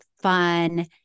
fun